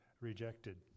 rejected